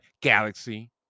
galaxy